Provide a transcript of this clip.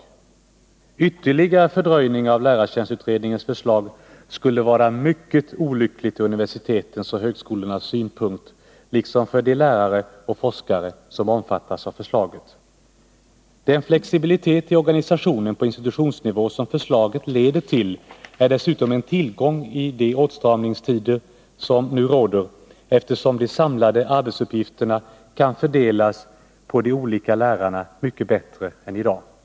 En ytterligare fördröjning skulle vara mycket olycklig ur universitetens och högskolornas synpunkt liksom för de lärare och forskare som omfattas av förslaget. Den flexibilitet i organisationen på institutionsnivå som förslaget leder till är dessutom en tillgång i de åtstramningstider som nu råder, eftersom de samlade arbetsuppgifterna kan fördelas på de olika lärarna mycket bättre än som i dag är fallet.